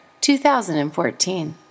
2014